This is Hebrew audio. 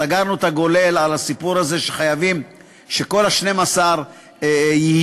סגרנו את הגולל על הסיפור הזה שחייבים שכל ה-12 יהיו